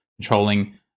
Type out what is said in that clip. controlling